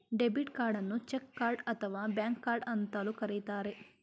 debit ಕಾರ್ಡನ್ನು check card ಅಥವಾ bank card ಅಂತಲೂ ಕರಿತರೆ